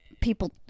people